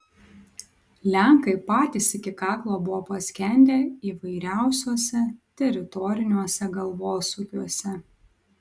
lenkai patys iki kaklo buvo paskendę įvairiausiuose teritoriniuose galvosūkiuose